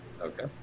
Okay